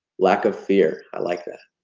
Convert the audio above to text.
lack of fear, i like that,